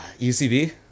UCB